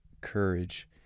courage